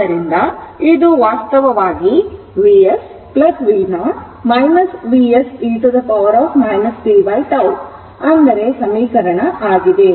ಆದ್ದರಿಂದ ಇದು ವಾಸ್ತವವಾಗಿ Vs v0 Vs e t tτ ಅಂದರೆ ಸಮೀಕರಣ ಆಗಿದೆ